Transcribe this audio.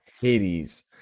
Hades